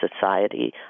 society